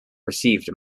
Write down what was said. received